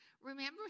Remember